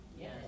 Yes